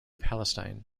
palestine